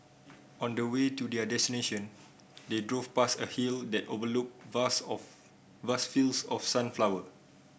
on the way to their destination they drove past a hill that overlooked vast of vast fields of sunflower